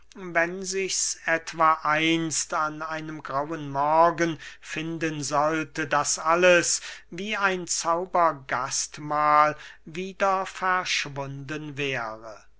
wenn sichs etwa einst an einem grauen morgen finden sollte daß alles wie ein zaubergastmahl wieder verschwunden wäre